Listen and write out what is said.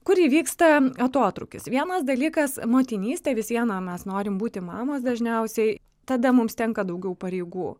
kur įvyksta atotrūkis vienas dalykas motinystė vis viena mes norim būti mamos dažniausiai tada mums tenka daugiau pareigų